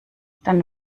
dann